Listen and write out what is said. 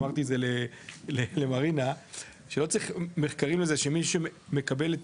אמרתי למרינה שלא צריך מחקרים לזה שמי שמקבל את